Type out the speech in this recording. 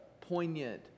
poignant